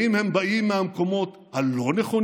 האם הם באים מהמקומות הלא-נכונים?